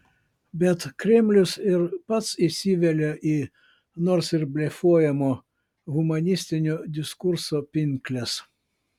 bet kremlius ir pats įsivelia į nors ir blefuojamo humanistinio diskurso pinkles